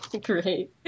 Great